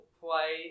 play